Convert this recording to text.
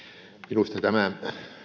minusta tämä